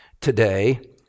today